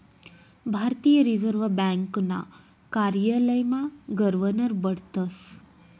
भारतीय रिजर्व ब्यांकना कार्यालयमा गवर्नर बठतस